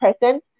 person